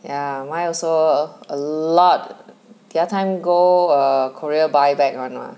ya mine also a lot the other time go err Korea buy back [one] mah